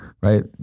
Right